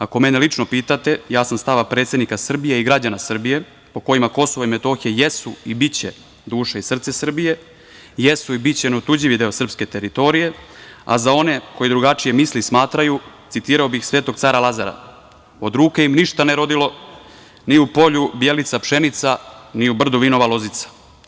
Ako mene lično pitate, ja sam stava predsednika Srbije i građana Srbije, po kojima Kosovo i Metohija jesu i biće duša i srce Srbije, jesu i biće neotuđivi deo srpske teritorije, a za one koji drugačije misle i smatraju, citirao bih Svetog cara Lazara – od ruke im ništa ne rodilo, ni u polju Bjelica pšenica, ni u brdu vinova lozica.